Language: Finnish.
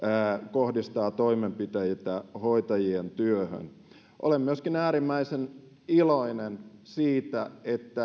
kohdistaa toimenpiteitä hoitajien työhön olen myöskin äärimmäisen iloinen siitä että